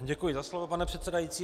Děkuji za slovo, pane předsedající.